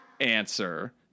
answer